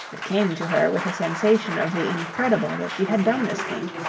it came to her with a sensation of the incredible that she had done this thing,